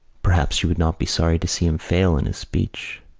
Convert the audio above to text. perhaps she would not be sorry to see him fail in his speech.